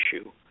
issue